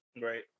Right